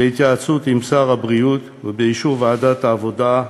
בהתייעצות עם שר הבריאות ובאישור ועדת העבודה,